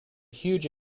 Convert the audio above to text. huge